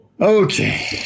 Okay